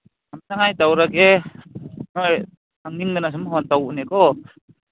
ꯊꯝꯅꯉꯥꯏ ꯇꯧꯔꯒꯦ ꯅꯈꯣꯏ ꯈꯪꯅꯤꯡꯗꯅ ꯁꯨꯝ ꯐꯣꯟ ꯇꯧꯕꯅꯤꯀꯣ